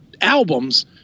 albums